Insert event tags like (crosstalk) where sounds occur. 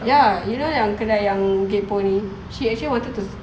ya you know yang kedai yang (noise) ni she actually wanted to